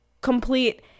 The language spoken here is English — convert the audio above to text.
complete